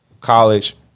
college